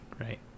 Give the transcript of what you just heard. right